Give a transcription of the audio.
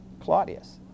Claudius